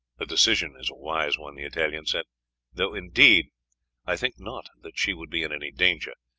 the decision is a wise one, the italian said though indeed i think not that she would be in any danger,